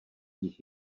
jich